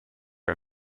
are